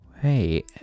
Hey